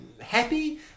happy